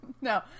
No